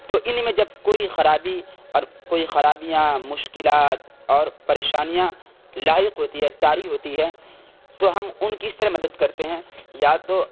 تو ان میں جب کوئی خرابی اور کوئی خرابیاں مشکلات اور پریشانیاں لاحق ہوتی ہے طاری ہوتی ہے تو ہم ان کی اس طرح مدد کرتے ہیں یا تو